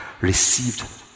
received